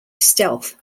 stealth